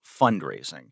fundraising